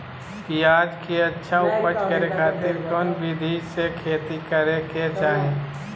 प्याज के अच्छा उपज करे खातिर कौन विधि से खेती करे के चाही?